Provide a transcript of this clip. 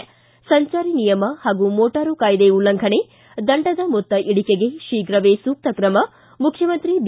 ಿ ಸಂಚಾರಿ ನಿಯಮ ಹಾಗೂ ಮೋಟಾರು ಕಾಯ್ದೆ ಉಲ್ಲಂಘನೆ ದಂಡದ ಮೊತ್ತ ಇಳಿಕೆಗೆ ಶೀಘವೇ ಸೂಕ್ತ ಕ್ರಮ ಮುಖ್ಯಮಂತ್ರಿ ಬಿ